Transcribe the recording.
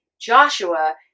Joshua